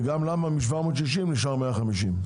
וגם למה מ-760 נשאר 150,